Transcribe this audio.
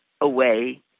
away